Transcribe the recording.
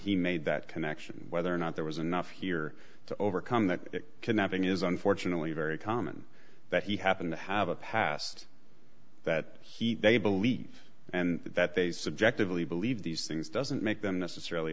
he made that connection whether or not there was enough here to overcome that it can happen is unfortunately very common that he happened to have a past that he they believe and that they subjectively believe these things doesn't make them necessarily